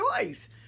choice